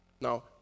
Now